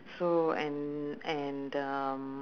so and and um